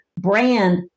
brand